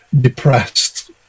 depressed